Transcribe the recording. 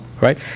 right